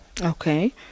okay